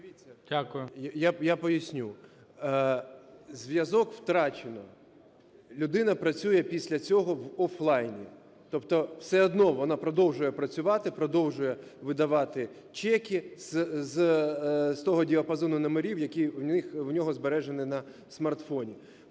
Я поясню. Зв'язок втрачено. Людина працює після цього в офлайні, тобто все одно вона продовжує працювати, продовжує видавати чеки з того діапазону номерів, які в неї збережені на смартфоні.